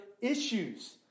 issues